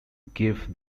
give